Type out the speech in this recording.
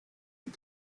and